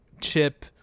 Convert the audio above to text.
Chip